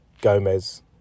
Gomez